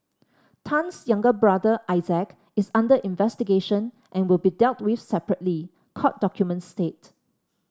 Tan's younger brother Isaac is under investigation and will be dealt with separately court documents state